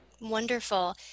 Wonderful